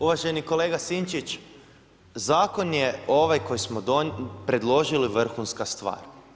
Uvaženi kolega Sinčić, zakon je ovaj koji smo predložili vrhunska stvar.